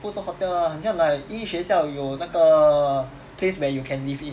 不是 hotel lah 很像 like 因为学校有那个 place where you can live in